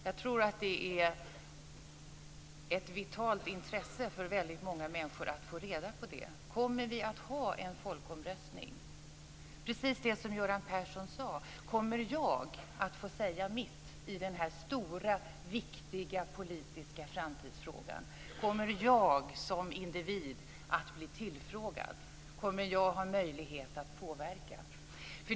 Jag tror att det är av vitalt intresse för väldigt många människor att få reda på det. Kommer vi att ha en folkomröstning? Och precis som Göran Persson sade: Kommer jag att få säga mitt i denna stora viktiga politiska framtidsfråga? Kommer jag som individ att bli tillfrågad? Kommer jag att ha möjlighet att påverka?